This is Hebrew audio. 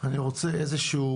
אני רוצה איזשהו